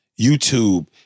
YouTube